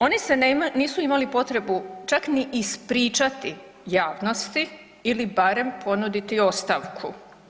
Oni se nisu imali potrebu čak ni ispričati javnosti ili barem ponuditi ostavku.